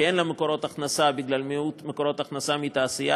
אין לה מקורות הכנסה בגלל מיעוט מקורות הכנסה מתעשייה.